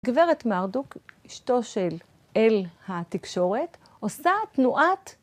גברת מרדוק אשתו של איל התקשורת עושה תנועת